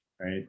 right